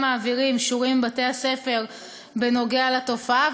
מעבירים שיעורים בבתי-הספר בנוגע לתופעה,